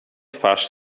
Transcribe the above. twarz